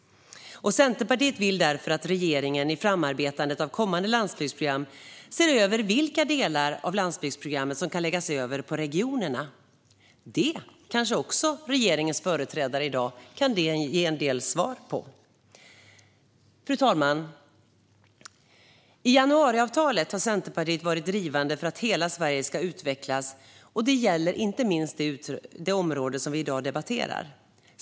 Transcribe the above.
Centerpartiet vill därför att regeringen i framarbetandet av kommande landsbygdsprogram ska se över vilka delar av landsbygdsprogrammet som kan läggas över på regionerna. Det kanske också regeringens företrädare i dag kan ge en del svar på. Fru talman! I januariavtalet har Centerpartiet varit drivande för att hela Sverige ska utvecklas. Det gäller inte minst det område som vi i dag debatterar.